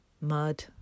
mud